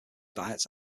diets